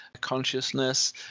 consciousness